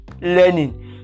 learning